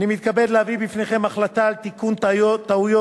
אני מתכבד להביא בפניכם החלטה על תיקון טעויות